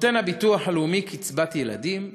הביטוח הלאומי נותן קצבת ילדים,